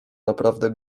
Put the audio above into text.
naprawdę